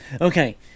Okay